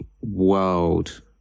world